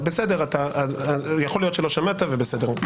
יכול להיות שלא שמעת, ובסדר.